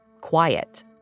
quiet